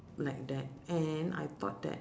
like that and I thought that